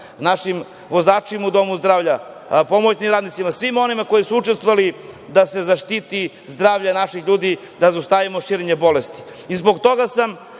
našim vozačima u domu zdravlja, pomoćnim radnicima, svima onima koji su učestvovali da se zaštiti zdravlje naših ljudi, da zaustavimo širenje bolesti. Zbog